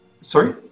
Sorry